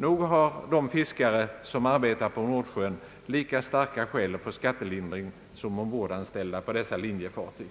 Nog har de fiskare, som arbetar på Nordsjön, lika starka skäl att få skattelindring som ombordanställda på dessa linjefartyg.